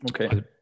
Okay